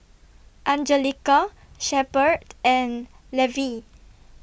Anjelica Shepherd and Levie